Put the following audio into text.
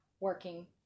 Working